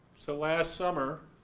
so last summer,